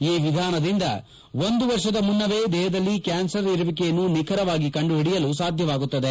ಈ ವಿಧಾನದಿಂದ ಒಂದು ವರ್ಷದ ಮುನ್ನವೇ ದೇಹದಲ್ಲಿ ಕ್ಯಾನರ್ ಇರುವಿಕೆಯನ್ನು ನಿಖರವಾಗಿ ಕಂಡುಹಿಡಿಯಲು ಸಾಧ್ಯವಾಗುತ್ತದೆ